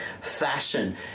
fashion